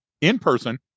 in-person